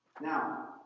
Now